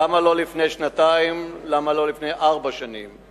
למה לא לפני שנתיים, למה לא לפני ארבע שנים: